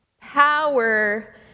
power